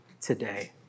today